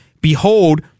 behold